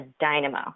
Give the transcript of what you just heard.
dynamo